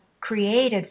created